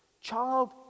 child